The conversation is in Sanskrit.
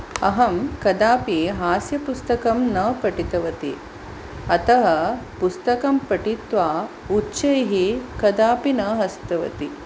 अहं कदापि हास्यपुस्तकं न पठितवती अतः पुस्तकं पठित्वा उच्चैः कदापि न हसितवती